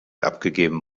abgegeben